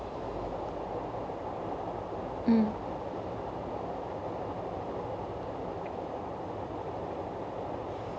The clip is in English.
mm